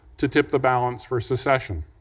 to tip the balance for secession.